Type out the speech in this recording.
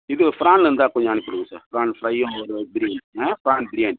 இது ப்ரான் இருந்தால் கொஞ்சம் அனுப்பி விடுங்க சார் ப்ரான் ஃப்ரையும் ஒரு பிரியாணி ஆ ப்ரான் பிரியாணி